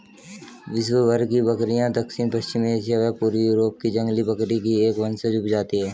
विश्वभर की बकरियाँ दक्षिण पश्चिमी एशिया व पूर्वी यूरोप की जंगली बकरी की एक वंशज उपजाति है